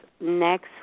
next